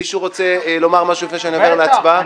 מישהו רוצה לומר משהו לפני שאני עובר להצבעה?